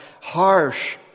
harsh